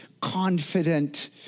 confident